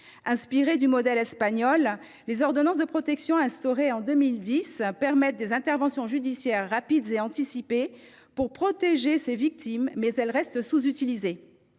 Inspirées du modèle espagnol, les ordonnances de protection, instaurées en 2010, permettent des interventions judiciaires rapides et anticipées pour protéger ces victimes, mais elles restent sous utilisées